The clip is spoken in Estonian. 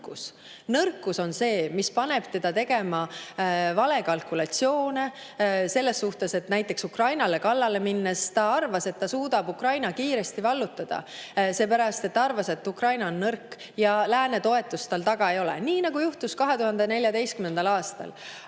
Nõrkus on see, mis paneb teda tegema valekalkulatsioone. Näiteks, Ukrainale kallale minnes ta arvas, et ta suudab Ukraina kiiresti vallutada, seepärast, et ta arvas, et Ukraina on nõrk ja lääne toetust tal taga ei ole, nii nagu juhtus 2014. aastal.